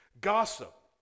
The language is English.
Gossip